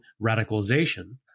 radicalization